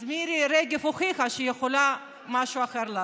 אז מירי רגב הוכיחה שהיא יכולה לעשות משהו אחר.